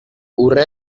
urrea